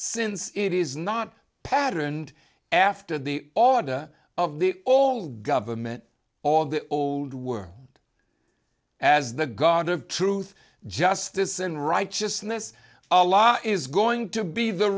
since it is not a pattern and after the order of the all government all the old world as the god of truth justice and righteousness a law is going to be the